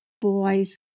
Boys